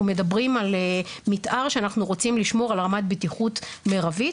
מדברים על מתאר שאנחנו רוצים לשמור על רמת בטיחות מרבית,